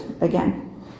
again